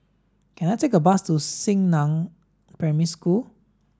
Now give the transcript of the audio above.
can I take a bus to Xingnan Primary School